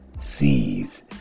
sees